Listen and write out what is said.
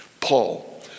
Paul